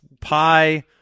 pie